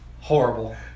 Horrible